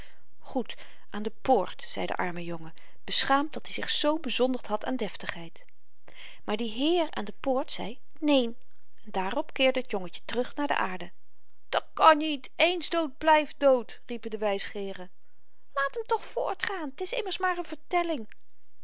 goed aan de poort zei de arme jongen beschaamd dat-i zich zoo bezondigd had aan deftigheid maar die heer aan de poort zei neen daarop keerde t jongetje terug naar de aarde dat kàn niet eens dood blyft dood riepen de wysgeeren laat m toch voortgaan t is immers maar n vertelling